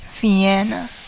Vienna